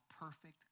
perfect